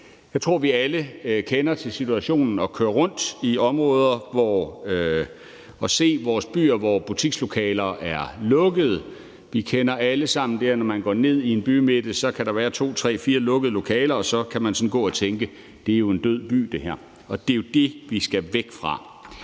Jeg tror, at vi alle kender til situationen, hvor man kører rundt i områder og ser, at vores byer og butikslokaler er lukkede. Vi kender alle sammen det, at når man går ned i en bymidte, kan der være to, tre eller fire lukkede lokaler, og så kan man gå og tænke, at det her er en død by. Det er jo det, vi skal væk fra.